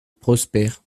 prosper